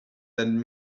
than